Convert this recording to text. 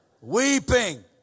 weeping